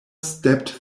stepped